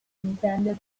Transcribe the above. intended